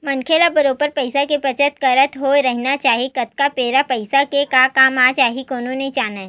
मनखे ल बरोबर पइसा के बचत करत होय रहिना चाही कतका बेर पइसा के काय काम आ जाही कोनो नइ जानय